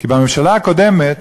כי בממשלה הקודמת,